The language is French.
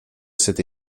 cette